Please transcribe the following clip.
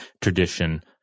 tradition